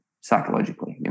psychologically